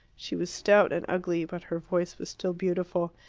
she was stout and ugly but her voice was still beautiful,